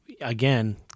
again